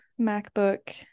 MacBook